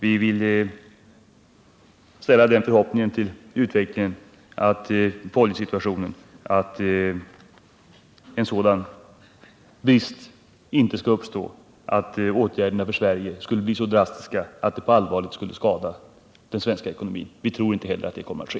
Vi har förhoppningen att en sådan oljebrist inte skall uppstå att verkningarna för Sverige blir sådana att de på allvar kunde skada den svenska ekonomin. Vi tror inte heller att det kommer att ske.